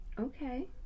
Okay